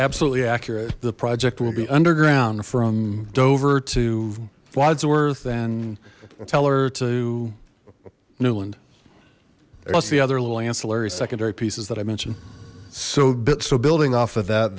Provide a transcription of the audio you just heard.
absolutely accurate the project will be underground from dover to wodsworth and tell her to newland what's the other little ancillary secondary pieces that i mentioned so but so building off of that